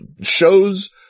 shows